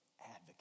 advocate